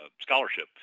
scholarship